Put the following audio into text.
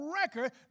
record